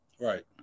Right